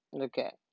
okay